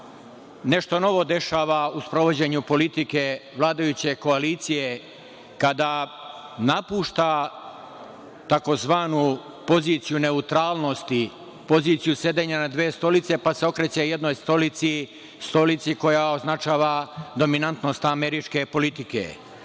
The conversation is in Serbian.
nešto novo dešava u sprovođenju politike vladajuće koalicije, kada napušta tzv. poziciju neutralnosti, poziciju sedenja na dve stolice, pa se okreće jednoj stolici, stolici koja označava dominantnost američke politike?